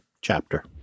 chapter